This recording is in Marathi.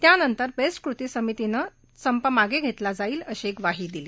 त्यानंतर बेस्ट कृती समितीनं संप मागे घेतला जाईल अशी ग्वाही दिली